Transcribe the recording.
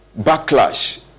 backlash